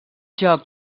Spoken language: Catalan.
joc